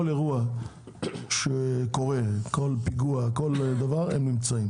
כל אירוע שקורה, כל פיגוע, כל דבר הם נמצאים.